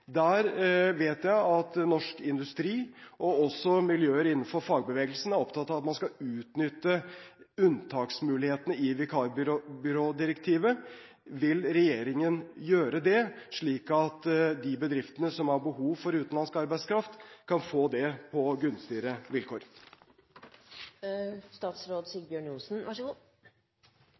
Jeg vet at norsk industri og også miljøer innenfor fagbevegelsen er opptatt av at man skal utnytte unntaksmulighetene i vikarbyrådirektivet. Vil regjeringen gjøre det, slik at de bedriftene som har behov for utenlandsk arbeidskraft, kan få det på gunstigere